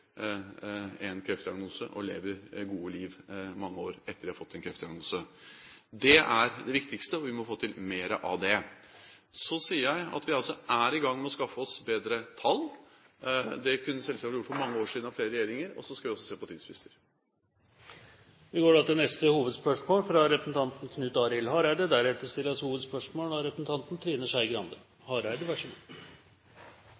en kreftdiagnose og lever gode liv mange år etter at de har fått en kreftdiagnose. Det er det viktigste, og vi må få til mer av det. Så sier jeg at vi er i gang med å skaffe oss bedre tall. Det kunne selvsagt vært gjort for mange år siden, av flere regjeringer. Så skal vi også se på tidsfrister. Vi går til neste hovedspørsmål.